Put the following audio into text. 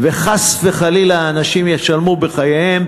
וחס וחלילה האנשים ישלמו בחייהם?